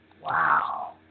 Wow